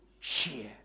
cheer